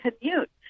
commute